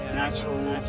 natural